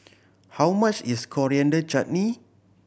how much is Coriander Chutney